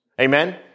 Amen